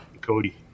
cody